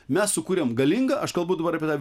mes sukūrėm galingą aš kalbu dabar apie tą